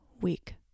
week